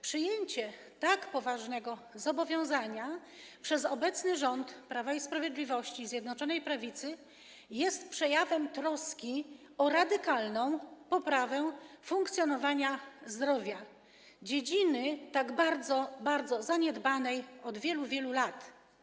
Przyjęcie tak poważnego zobowiązania przez obecny rząd Prawa i Sprawiedliwości i Zjednoczonej Prawicy jest przejawem troski, dążenia do radykalnej poprawy funkcjonowania ochrony zdrowia - dziedziny tak bardzo zaniedbywanej od wielu, wielu lat.